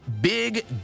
big